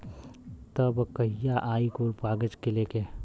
तब कहिया आई कुल कागज़ लेके?